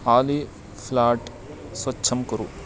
आली फ़्लाट् स्वच्छं कुरु